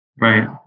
Right